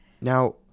Now